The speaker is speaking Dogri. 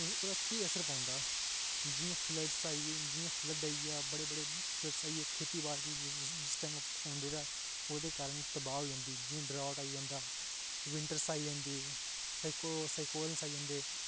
केह् असर पौंदा ऐ जि'यां फ्लड्ड आई गेई जां बड़े बड़े फ्लडस आई ऐ खेती बाड़ी जिस टाइम होंदी तां ओह्दे कारण तां तबाह् होई जंदी ड्राट आई जंदा विन्टर आई जंदी साइक्लापस आई जंदे